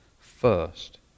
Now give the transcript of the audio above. first